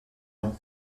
nom